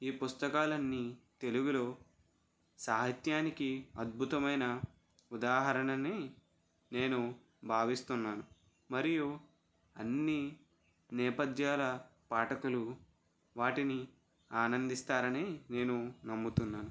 ఈ పుస్తకాలన్నీ తెలుగులో సాహిత్యానికి అద్భుతమైన ఉదాహరణ అని నేను భావిస్తున్నాను మరియు అన్ని నేపద్యాల పాఠకులు వాటిని ఆనందిస్తారని నేను నమ్ముతున్నాను